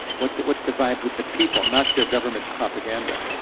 what's what's the vibe with the people, not their government's propaganda.